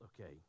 okay